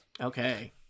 Okay